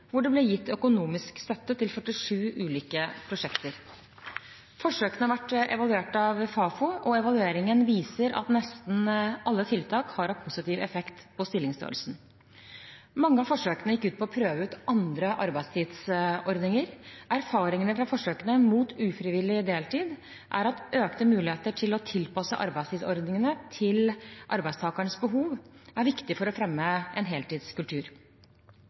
hvor det ble gitt økonomisk støtte til 47 ulike prosjekter. Forsøkene har vært evaluert av Fafo, og evalueringen viser at nesten alle tiltak har hatt positiv effekt på stillingsstørrelsen. Mange av forsøkene gikk ut på å prøve ut andre arbeidstidsordninger. Erfaringene fra forsøkene mot ufrivillig deltid er at økte muligheter til å tilpasse arbeidstidsordningene til arbeidstakernes behov er viktig for å fremme en heltidskultur.